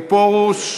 עיסאווי פריג',